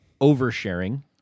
oversharing